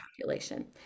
population